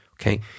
Okay